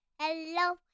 hello